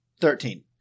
Thirteen